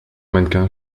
mannequin